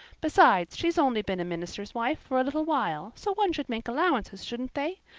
besides, she's only been a minister's wife for a little while, so one should make allowances, shouldn't they?